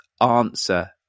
answer